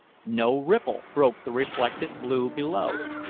no ripple broke the reflected blue below.